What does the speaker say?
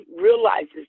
realizes